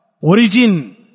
origin